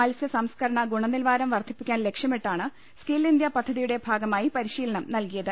മുത്സ്യ സ്ംസ്കരണ ഗുണനിലവാരം വർദ്ധിപ്പിക്കാൻ ലക്ഷ്യമിട്ടാണ് സ്കിൽ ഇന്ത്യ പദ്ധതിയുടെ ഭാഗമായി പരിശീലനം നൽകിയത്